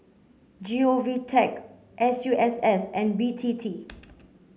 G O V tech S U S S and B T T